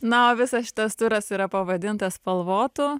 na o visas šitas turas yra pavadintas spalvotu